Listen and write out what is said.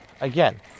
again